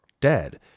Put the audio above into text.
dead